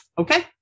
okay